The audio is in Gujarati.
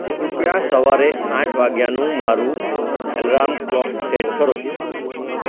કૃપયા સવારે આઠ વાગ્યાનું મારું એલરાર્મ ક્લોક સેટ કરો